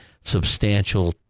substantial